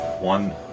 One